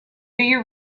you